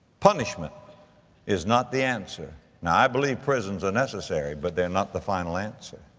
punishment is not the answer. now i believe prisons are necessary, but they're not the final answer.